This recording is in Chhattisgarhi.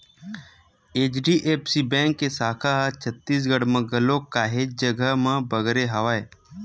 एच.डी.एफ.सी बेंक के साखा ह छत्तीसगढ़ म घलोक काहेच जघा म बगरे हवय